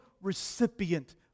recipient